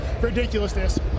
ridiculousness